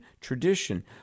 tradition